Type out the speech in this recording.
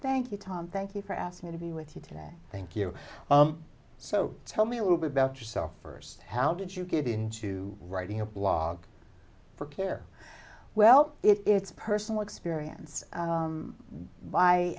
thank you tom thank you for asking to be with you today thank you so tell me a little bit about yourself first how did you get into writing a blog for care well it's a personal experience